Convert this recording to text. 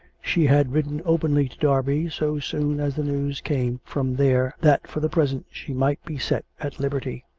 she had ridden openly to derby so soon as the news came from there that for the present she might be set at liberty.